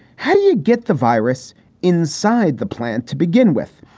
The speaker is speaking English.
how do you get the virus inside the plant to begin with?